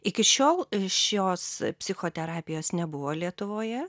iki šiol šios psichoterapijos nebuvo lietuvoje